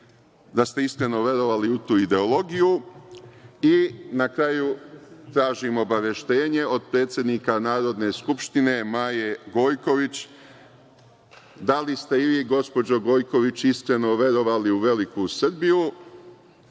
da ste iskreno verovali u tu ideologiju. Na kraju, tražim obaveštenje od predsednika Narodne skupštine Maje Gojković, da li ste i vi, gospođo Gojković, iskreno verovali u veliku Srbiju